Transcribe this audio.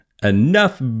Enough